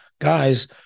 guys